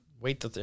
Wait